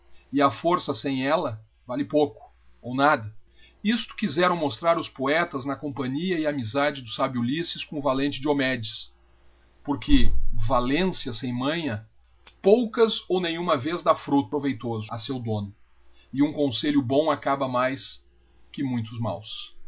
e a força sem ella vai pouco ou nada isto quizerão mostrar os poetas na companhia e amizade do sábio íjlysses com o valente diomedes porque valência sem manha poucas ou nenhuma vez dá fruto proveitoso a seu tiouo e hum conselho bom acaba mais que muitos máos